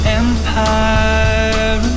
empire